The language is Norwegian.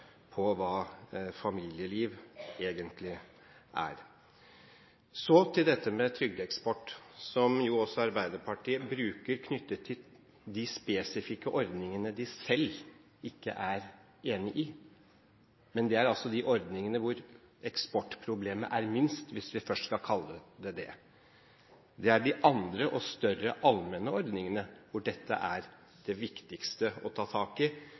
på hva familieliv egentlig er. Så til dette med trygdeeksport, som også Arbeiderpartiet bruker om de spesifikke ordningene de selv ikke er enig i. Det er altså de ordningene hvor eksportproblemet er minst, hvis vi først skal kalle det det. Det er de andre, større og allmenne ordningene hvor dette er det viktigste å ta tak i,